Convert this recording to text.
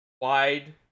wide